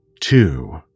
two